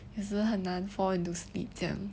有时很难 fall into sleep 这样